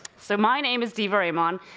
so my name is diva amon,